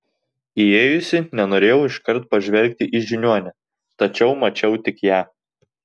įėjusi nenorėjau iškart pažvelgti į žiniuonę tačiau mačiau tik ją